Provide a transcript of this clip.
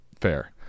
fair